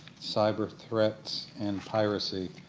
cyber threats and piracy.